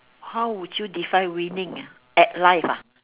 how would you define winning ah at life ah